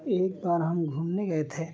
एक बार हम घूमने गए थे